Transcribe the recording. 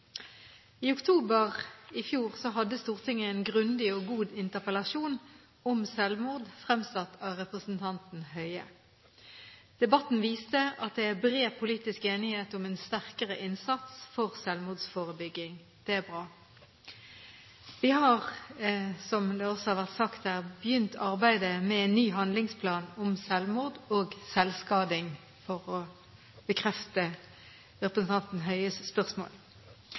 I oktober i fjor hadde Stortinget en grundig og god interpellasjon om selvmord fremsatt av representanten Høie. Debatten viste at det er bred politisk enighet om en sterkere innsats for selvmordsforebygging. Det er bra. Vi har, som det også har vært sagt her, begynt arbeidet med en ny handlingsplan om selvmord og selvskading – for å bekrefte representanten Høies spørsmål.